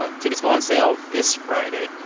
ah tickets go on sale this friday.